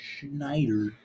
Schneider